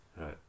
Right